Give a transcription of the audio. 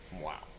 Wow